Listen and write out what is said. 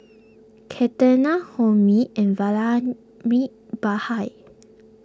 Ketna Homi and Vallabhbhai